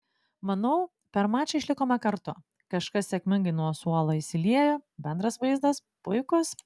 manau per mačą išlikome kartu kažkas sėkmingai nuo suolo įsiliejo bendras vaizdas puikus